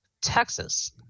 Texas